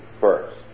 first